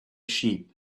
sheep